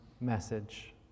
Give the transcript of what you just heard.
message